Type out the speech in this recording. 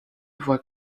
voit